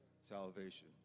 Salvation